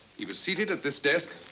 he was seated at this desk?